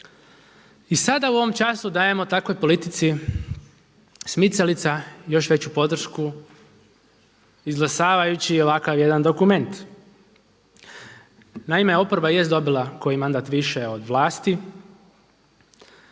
I sada u ovom času dajemo takvoj politici smicalica još veću podršku izglasavajući ovakav jedan dokument. Naime, oporba jest dobila koji mandat više od vlasti,